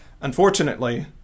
unfortunately